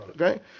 Okay